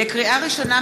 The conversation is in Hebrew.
לקריאה ראשונה,